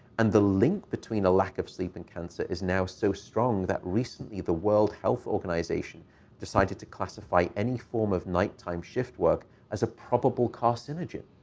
and the link between the lack of sleep and cancer is now so strong that, recently, the world health organization decided to classify any form of nighttime shift work as a probable carcinogen.